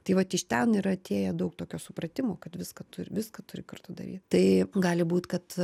tai vat iš ten yra atėję daug tokio supratimo kad viską turi viską turi kartu daryt tai gali būt kad